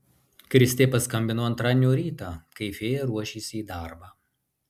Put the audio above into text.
kristė paskambino antradienio rytą kai fėja ruošėsi į darbą